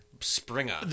Springer